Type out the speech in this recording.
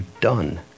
done